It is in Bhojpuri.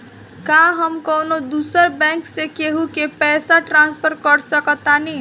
का हम कौनो दूसर बैंक से केहू के पैसा ट्रांसफर कर सकतानी?